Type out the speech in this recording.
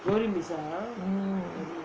mm